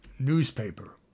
Newspaper